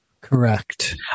Correct